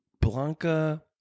Blanca